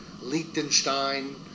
Liechtenstein